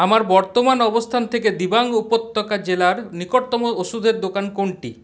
আমার বর্তমান অবস্থান থেকে দিবাং উপত্যকা জেলার নিকটতম ওষুধের দোকান কোনটি